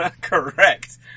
Correct